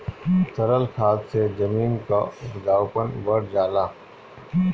तरल खाद से जमीन क उपजाऊपन बढ़ जाला